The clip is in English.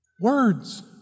words